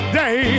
day